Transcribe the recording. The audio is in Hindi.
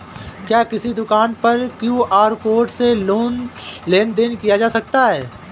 क्या किसी दुकान पर क्यू.आर कोड से लेन देन देन किया जा सकता है?